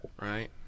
right